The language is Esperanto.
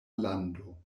lando